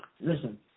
Listen